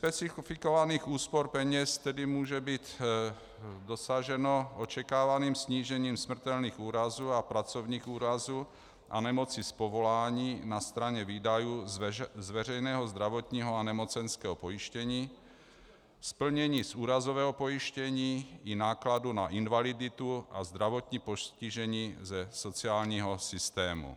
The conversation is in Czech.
Nespecifikovaných úspor peněz tedy může být dosaženo očekávaným snížením smrtelných úrazů a pracovních úrazů a nemocí z povolání na straně výdajů z veřejného zdravotního a nemocenského pojištění, z plnění z úrazového pojištění i nákladů na invaliditu a zdravotní postižení ze sociálního systému.